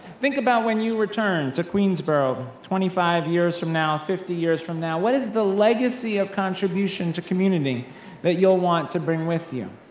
think about when you return to queensborough twenty five years from now, fifty years from now, what is the legacy of contribution to community that you'll want to bring with you?